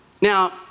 Now